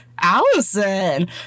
allison